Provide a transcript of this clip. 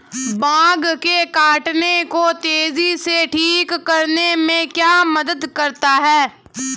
Bug के काटने को तेजी से ठीक करने में क्या मदद करता है?